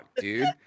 dude